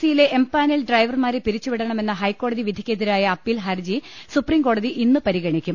C യിലെ empanelled ഡ്രൈവർമാരെ പിരിച്ചുവിടണമെന്ന ഹൈക്കോടതി വിധിക്കെതിരായ അപ്പീൽ ഹർജി സുപ്രീംകോടതി ഇന്ന് പരിഗണിക്കും